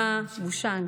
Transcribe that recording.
דימה בושנאק,